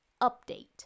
Update